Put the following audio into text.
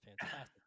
Fantastic